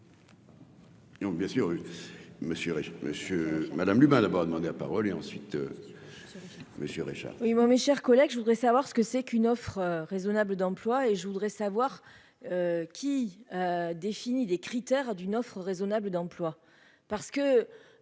monsieur, madame Dumas d'abord demandé la parole et ensuite monsieur Richard.